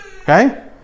Okay